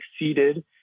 exceeded